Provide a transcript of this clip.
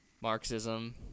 marxism